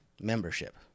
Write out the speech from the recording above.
membership